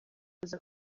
aza